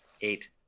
Eight